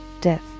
death